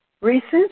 Recent